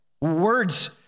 Words